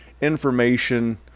information